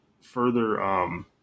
further